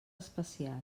especial